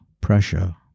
pressure